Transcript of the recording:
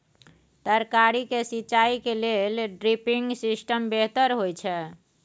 तरकारी के सिंचाई के लेल ड्रिपिंग सिस्टम बेहतर होए छै?